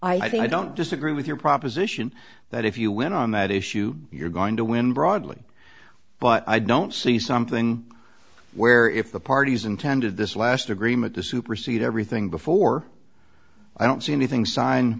think i don't disagree with your proposition that if you win on that issue you're going to win broadly but i don't see something where if the parties intended this last agreement to supersede everything before i don't see anything signed